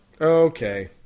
Okay